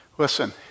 Listen